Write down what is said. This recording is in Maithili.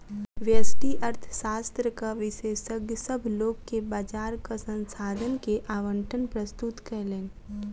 व्यष्टि अर्थशास्त्रक विशेषज्ञ, सभ लोक के बजारक संसाधन के आवंटन प्रस्तुत कयलैन